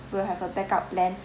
we'll have a backup plan